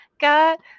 got